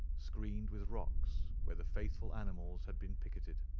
screened with rocks, where the faithful animals had been picketed.